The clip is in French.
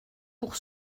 pour